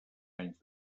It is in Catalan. anys